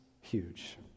huge